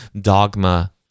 dogma